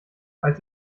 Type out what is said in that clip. als